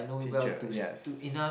teacher yes